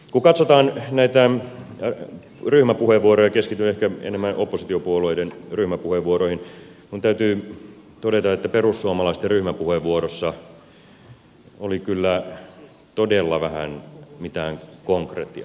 kun katsotaan näitä ryhmäpuheenvuoroja keskityn ehkä enemmän oppositiopuolueiden ryhmäpuheenvuoroihin minun täytyy todeta että perussuomalaisten ryhmäpuheenvuorossa oli kyllä todella vähän mitään konkretiaa